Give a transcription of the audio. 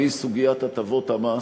והיא סוגיית הטבות המס,